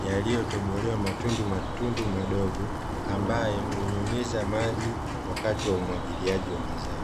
yaliyotobolewa matundumatundu madogo, ambayo hunyunyiza maji wakati wa umwagiliaji wa mazao.